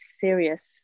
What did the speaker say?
serious